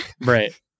Right